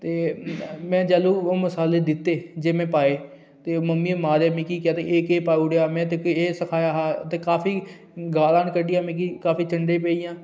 ते में ओह् जैलूं ओह् मसाले दित्ते जेह्ड़े में मम्मी मारेआ मिगी की एह् केह् पाई ओड़ेआ ते में तुगी एह् सखाया हा ते काफी गालां कढ्ढियां मिगी ते चंडै दियां बी पेइयां